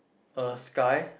a sky